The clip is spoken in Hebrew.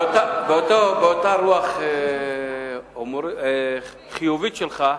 באותה רוח חיובית שלך,